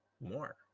more